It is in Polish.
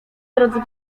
drodzy